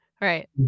right